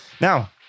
Now